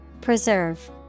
Preserve